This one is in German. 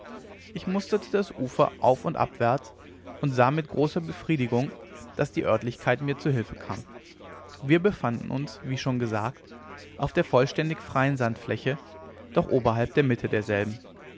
ich musterte das ufer auf und abwärts und sah mit großer befriedigung daß die oertlichkeit mir zu hilfe kam wir befanden uns wie schon gesagt auf der vollständig freien sandfläche doch oberhalb der mitte derselben